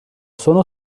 sono